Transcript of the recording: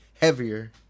heavier